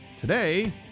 Today